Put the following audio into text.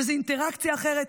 וזו אינטראקציה אחרת.